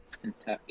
Kentucky